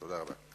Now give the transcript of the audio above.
תודה רבה.